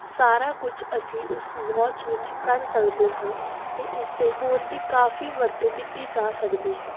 ਸਾਰਾ ਕੁਝ ਅਸੀਂ ਉਸ ਵੋਚ ਵਿੱਚ ਕਰ ਸਕਦੇ ਹਾਂ ਅਤੇ ਉਸਦੇ ਹੋਰ ਵੀ ਕਾਫੀ ਵਰਤੋਂ ਕੀਤੀ ਜਾ ਸਕਦੀ ਹੈ